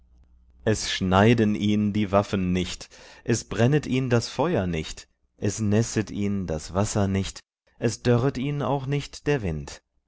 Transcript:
es schneiden ihn die waffen nicht es brennet ihn das feuer nicht es nässet ihn das wasser nicht es dörret ihn auch nicht der wind